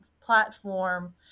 platform